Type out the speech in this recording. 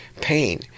pain